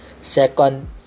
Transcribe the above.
second